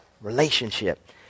Relationship